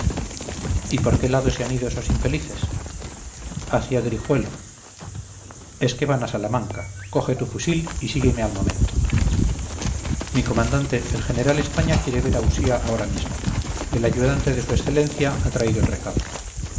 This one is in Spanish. y por qué lado se han ido esos infelices hacia grijuelo es que van a salamanca coge tu fusil y sígueme al momento mi comandante el general españa quiere ver a usía ahora mismo el ayudante de su excelencia ha traído el recado